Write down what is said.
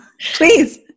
Please